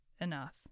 enough